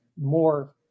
more